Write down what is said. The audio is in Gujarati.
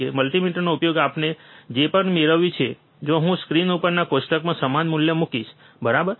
મલ્ટિમીટરનો ઉપયોગ કરીને આપણે જે પણ મેળવ્યું છે જો હું સ્ક્રીન ઉપરના કોષ્ટકમાં સમાન મૂલ્ય મૂકીશ બરાબર